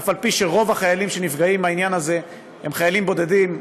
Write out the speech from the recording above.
אף-על-פי שרוב החיילים שנפגעים מהעניין הזה הם חיילים בודדים,